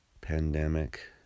pandemic